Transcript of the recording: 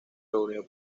reunió